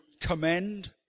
commend